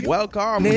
Welcome